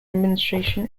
admission